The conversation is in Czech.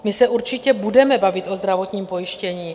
My se určitě budeme bavit o zdravotním pojištění.